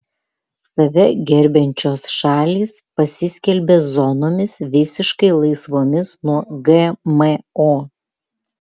save gerbiančios šalys pasiskelbė zonomis visiškai laisvomis nuo gmo